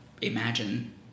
imagine